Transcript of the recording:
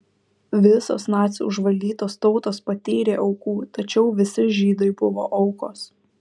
visos nacių užvaldytos tautos patyrė aukų tačiau visi žydai buvo aukos